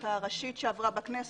החקיקה הראשית שעברה בכנסת,